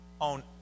on